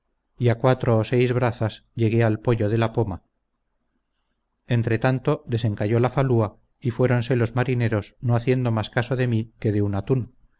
a cuatro o seis brazas llegué al poyo de la poma entretanto desencalló la falúa y fueronse los marineros no haciendo más caso de mi que de un atún